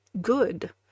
good